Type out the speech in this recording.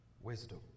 Wisdom